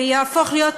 ויהפוך להיות,